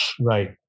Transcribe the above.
Right